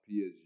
PSG